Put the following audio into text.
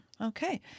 Okay